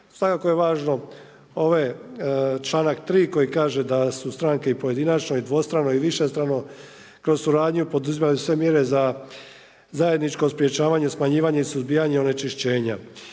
Svakako je važno ovaj članak 3. koji kaže da su stranke i pojedinačno i dvostrano i višestrano kroz suradnju poduzimali sve mjere za zajedničko sprječavanje, smanjivanje i suzbijanje onečišćenja.